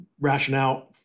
rationale